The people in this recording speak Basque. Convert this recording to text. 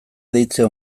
deitzen